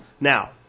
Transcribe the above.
Now